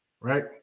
right